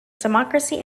democracy